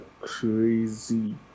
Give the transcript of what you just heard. crazy